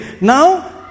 Now